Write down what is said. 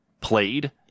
played